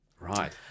Right